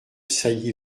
sailly